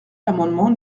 l’amendement